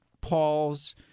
Paul's